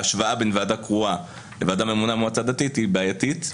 ההשוואה בין ועדה קרואה לוועדה ממונה במועצה דתית היא בעייתית.